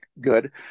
good